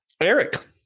eric